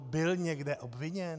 Byl někde obviněn?!